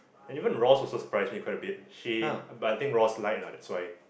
and even Ross also surprised me quite a bit she but I think Ross like lah that's why